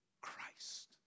Christ